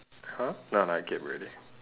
!huh! no lah I keep already